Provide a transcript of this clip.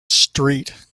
street